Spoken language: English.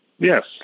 Yes